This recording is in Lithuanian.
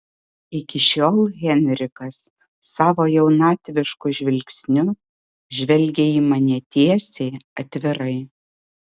iki šiol henrikas savo jaunatvišku žvilgsniu žvelgė į mane tiesiai atvirai